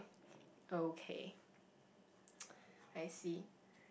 okay I see